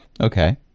Okay